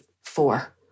four